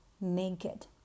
naked